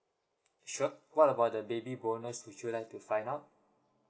sure what about the baby bonus if you'd like to find out